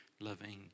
loving